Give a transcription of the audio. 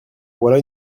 voilà